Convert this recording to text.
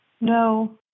No